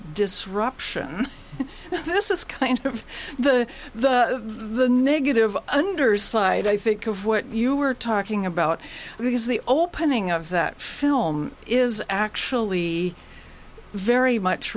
disruption this is kind of the the the negative underside i think of what you were talking about because the opening of that film is actually very much